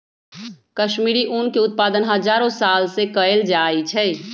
कश्मीरी ऊन के उत्पादन हजारो साल से कएल जाइ छइ